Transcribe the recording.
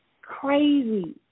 Crazy